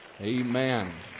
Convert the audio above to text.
Amen